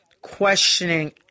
questioning